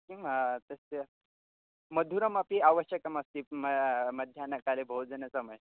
किं तस्य मधुरमपि आवश्यकमस्ति मम मध्याह्नकाले भोजनसमये